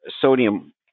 sodium